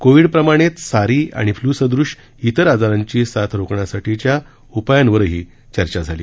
कोविडप्रमाणेच SARI आणि फ्लूसदृश तिर आजारांची साथ रोखण्यासाठीच्या उपायांवरही चर्चा झाली